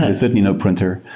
there's certainly no printer.